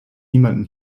niemanden